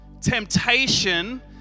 Temptation